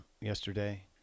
yesterday